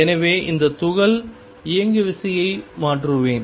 எனவே இந்த துகள் இயங்குவிசையை மாற்றுவேன்